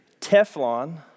Teflon